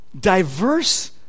diverse